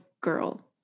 girl